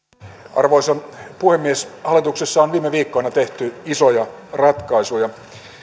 arvoisa puhemies hallituksessa on viime viikkoina tehty isoja ratkaisuja